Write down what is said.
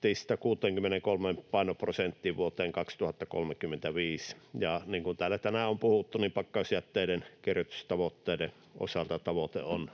63 painoprosenttiin vuoteen 2035. Ja niin kuin täällä tänään on puhuttu, pakkausjätteiden kierrätystavoitteiden osalta tavoite on